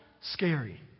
scary